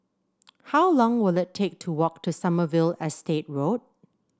how long will it take to walk to Sommerville Estate Road